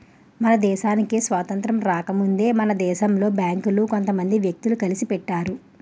మన దేశానికి స్వాతంత్రం రాకముందే మన దేశంలో బేంకులు కొంత మంది వ్యక్తులు కలిసి పెట్టారు